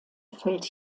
fällt